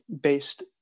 based